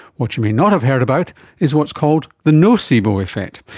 what you may not have heard about is what is called the nocebo reflect.